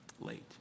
late